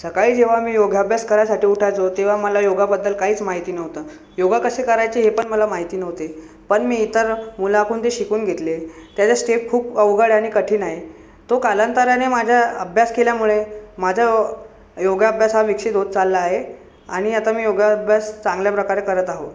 सकाळी जेव्हा मी योगाभ्यास करायसाठी उठायचो तेव्हा मला योगाबद्दल काहीच माहिती नव्हतं योगा कसे करायचे हे पण मला माहिती नव्हते पण मी इतर मुलांकून ते शिकून घेतले त्याच्या स्टेप खूप अवघड आहे आणि कठीण आहे तो कालांतराने माझ्या अभ्यास केल्यामुळे माझा योगाभ्यास हा विकसित होत चालला आहे आणि आता मी योगाभ्यास चांगल्या प्रकारे करत आहो